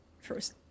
first